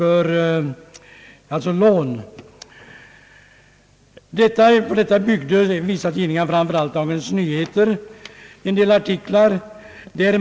På detta byggde vissa tidningar, framför allt Dagens Nyheter, en del artiklar.